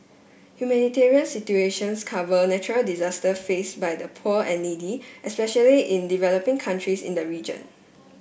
humanitarian situations cover natural disaster faced by the poor and needy especially in developing countries in the region